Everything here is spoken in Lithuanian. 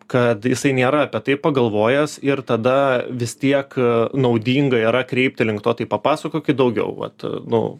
kad jisai nėra apie tai pagalvojęs ir tada vis tiek naudinga yra kreipti link to tai papasakokit daugiau vat nu